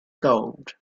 gold